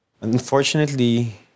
Unfortunately